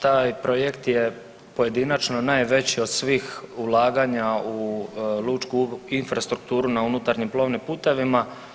Taj projekt je pojedinačno najveći od svih ulaganja u lučku infrastrukturu na unutarnjim plovnim putevima.